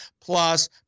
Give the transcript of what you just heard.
plus